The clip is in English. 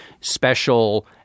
special